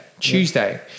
Tuesday